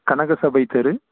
கனகசபை தெரு